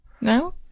No